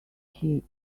heat